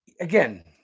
again